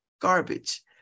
garbage